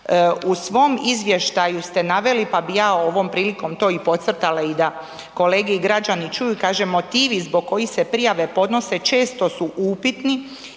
U svom izvještaju ste naveli, pa bi ja ovom prilikom to i podcrtala i da kolege i građani čuju, kaže motivi zbog kojih se prijave podnose često su upitni